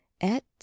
et